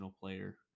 player